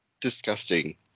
disgusting